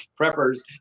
preppers